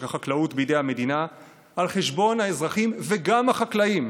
החקלאות בידי המדינה על חשבון האזרחים וגם החקלאים,